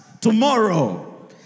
tomorrow